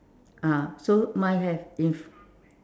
ah so mine have in